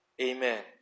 Amen